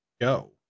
go